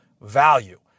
value